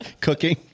cooking